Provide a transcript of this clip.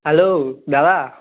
hello দাদা